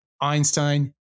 Einstein